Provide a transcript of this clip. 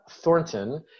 Thornton